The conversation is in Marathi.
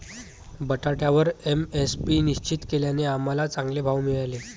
बटाट्यावर एम.एस.पी निश्चित केल्याने आम्हाला चांगले भाव मिळाले